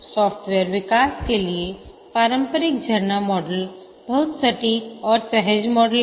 software विकास के लिए पारंपरिक झरना मॉडल बहुत सटीक और सहज मॉडल है